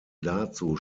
dazu